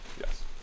Yes